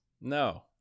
No